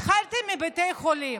התחלתם מבתי חולים,